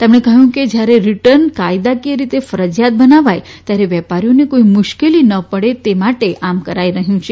તેમણે કહ્યું કે જ્યારે રીટર્ન કાયદાકીય રીતે ફરજીયાત બનાવાય ત્યારે વેપારીઓને કોઇ મુશ્કેલી ન પડે તે માટે આમ કરાઇ રહયું છે